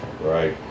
Right